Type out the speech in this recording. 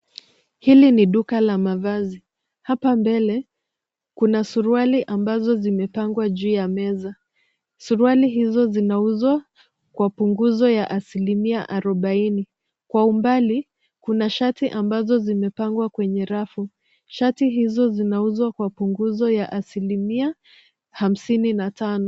Hili ni duka la mavazi. Hapa mbele kuna suruali ambazo zimepangwa juu ya meza. suruali hizo zinauzwa kwa punguzo ya asilimia arobaini. Kwa umbali kuna shati ambazo zimepangwa kwenye rafu. Shati hizo zinauzwa kwa punguzo ya asilimia hamsini na tano.